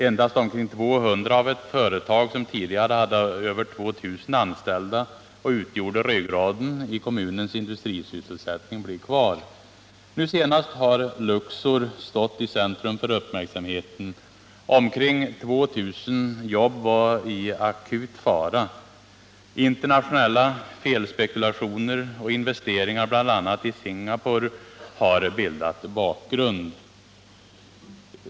Endast omkring 200 anställda blir kvar i företaget, som tidigare hade över 2 000 anställda och utgjorde ryggraden i kommunens industrisysselsättning. Nu senast har Luxor stått i centrum för uppmärksamheten. Omkring 2 000 jobb var i akut fara. Internationella felspekulationer och investeringar bl.a. i Singapore har bildat bakgrund.